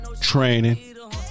training